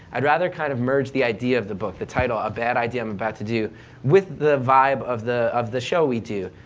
i'd rather kind of merge the idea of the book, the title, a bad idea i'm about to do with the vibe of the of the show we do,